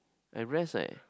I rest leh